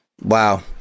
Wow